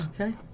Okay